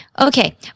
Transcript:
Okay